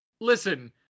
listen